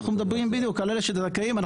אנחנו מדברים על אלה שזכאים.